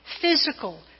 physical